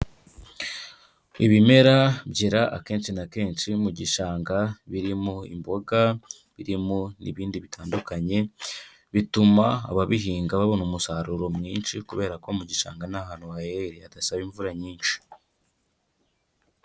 Ibimera byera akenshi na kenshi mu gishanga birimo imboga, birimo n'ibindi bitandukanye bituma ababihinga babona umusaruro mwinshi, kubera ko mu gishanga ni ahantu hahehereye hadasaba imvura nyinshi.